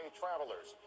travelers